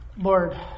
Lord